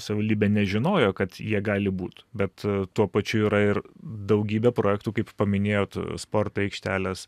savivaldybė nežinojo kad jie gali būt bet tuo pačiu yra ir daugybė projektų kaip paminėjot sporto aikštelės